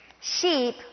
Sheep